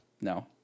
no